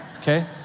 Okay